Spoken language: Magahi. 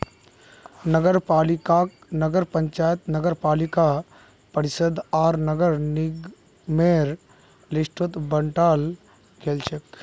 नगरपालिकाक नगर पंचायत नगरपालिका परिषद आर नगर निगमेर लिस्टत बंटाल गेलछेक